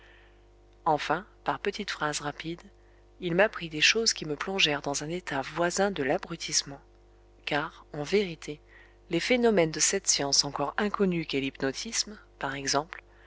enfin par petites phrases rapides il m'apprit des choses qui me plongèrent dans un état voisin de l'abrutissement car en vérité les phénomènes de cette science encore inconnue qu'est l'hypnotisme par exemple